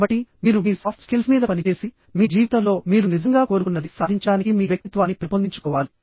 కాబట్టి మీరు మీ సాఫ్ట్ స్కిల్స్ మీద పని చేసిమీ జీవితంలో మీరు నిజంగా కోరుకున్నది సాధించడానికి మీ వ్యక్తిత్వాన్ని పెంపొందించుకోవాలి